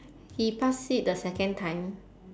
he pass it the second time